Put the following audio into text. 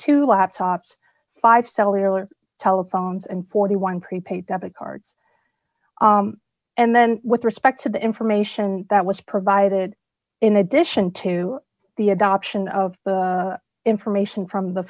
two laptops five cellular telephones and forty one prepaid debit cards and then with respect to the information that was provided in addition to the adoption of the information from